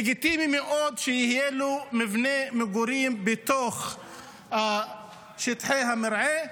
לגיטימי מאוד שיהיה לו מבנה מגורים בתוך שטחי המרעה.